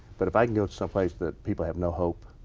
but if i can go to some place that people have no hope.